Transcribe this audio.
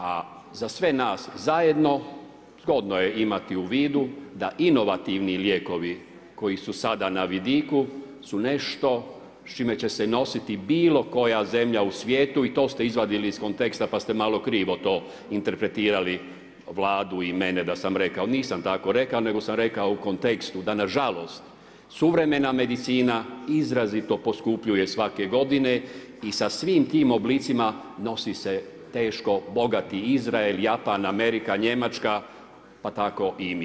A za sve nas zajedno, zgodno je imati u vidu da inovativni lijekovi koji su sada na vidiku su nešto s čime će se nositi bilo koja zemlja u svijetu i to ste izvadili iz konteksta pa ste malo krivo to interpretirali Vladu i mene da sam rekao, nisam tako rekao nego sam rekao u kontekstu da nažalost suvremena medicina izrazito poskupljuje svake godine i sa svim tim oblicima nosi se teško bogati Izrael, Japan, Amerika, Njemačka, pa tako i mi.